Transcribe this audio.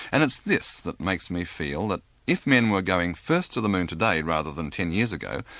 and it's this that makes me feel that if men were going first to the moon today rather than ten years ago,